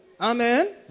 amen